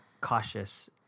cautious